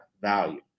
value